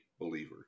believer